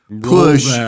push